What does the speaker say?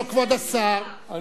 כבוד השר,